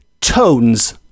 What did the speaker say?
tones